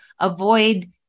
avoid